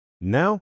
Now